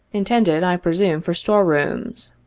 intended, i presume, for store-rooms.